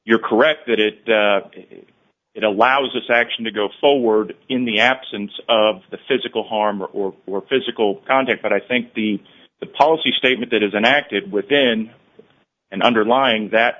you're correct that it it allows this action to go forward in the absence of the physical harm or or physical contact but i think the policy statement that isn't acted within and underlying that